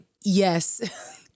yes